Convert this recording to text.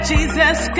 Jesus